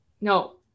No